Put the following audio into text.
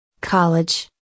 College